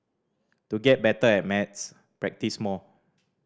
to get better at maths practise more